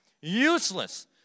Useless